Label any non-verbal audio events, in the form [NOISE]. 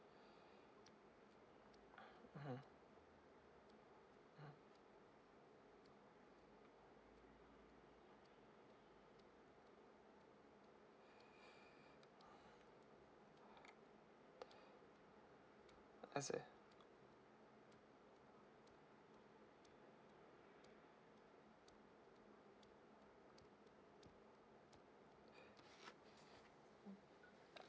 [BREATH] mmhmm mmhmm [BREATH] I see